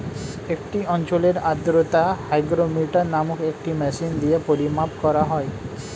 একটি অঞ্চলের আর্দ্রতা হাইগ্রোমিটার নামক একটি মেশিন দিয়ে পরিমাপ করা হয়